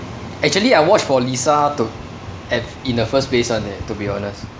actually I watch for lisa to in the first place [one] eh to be honest